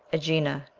aegina,